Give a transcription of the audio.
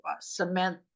cement